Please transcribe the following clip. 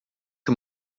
que